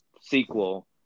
sequel